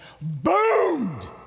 boomed